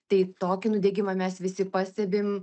tai tokį nudegimą mes visi pastebim